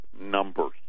numbers